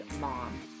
MOM